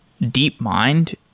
DeepMind